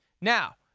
Now